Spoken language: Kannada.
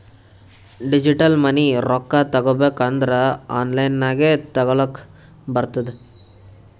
ಡಿಜಿಟಲ್ ಮನಿ ರೊಕ್ಕಾ ತಗೋಬೇಕ್ ಅಂದುರ್ ಆನ್ಲೈನ್ ನಾಗೆ ತಗೋಲಕ್ ಬರ್ತುದ್